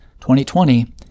2020